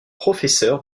professeur